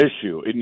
issue